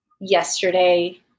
yesterday